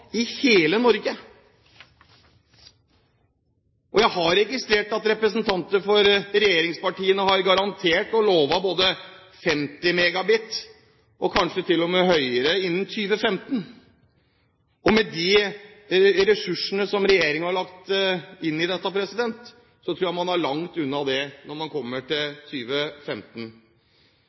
i hele Norge. Jeg har registrert at representanter for regjeringspartiene har garantert og lovet både 50 Mbit/s og kanskje til og med høyere innen 2015. Med de ressursene som regjeringen har lagt inn i dette, tror jeg man er langt unna det når man kommer til